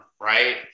right